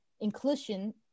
inclusion